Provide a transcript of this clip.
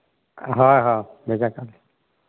ᱦᱮᱸ ᱦᱮᱸ ᱵᱷᱮᱡᱟ ᱠᱟᱜ ᱢᱮ